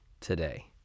today